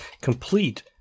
complete